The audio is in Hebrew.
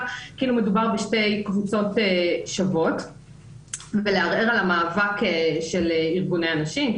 כאילו מדובר בשתי קבוצות שוות ולערער על המאבק של ארגוני הנשים,